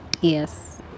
yes